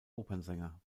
opernsänger